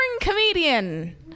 comedian